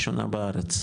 רק אחרי שנה ראשונה בארץ?